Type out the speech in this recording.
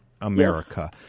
America